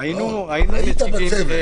אתה היית בצוות.